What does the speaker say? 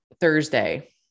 Thursday